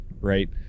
right